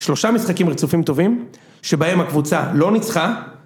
‫שלושה משחקים רצופים טובים, ‫שבהם הקבוצה לא ניצחה.